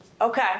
Okay